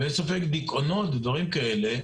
בלי ספק דיכאונות ודברים כאלה,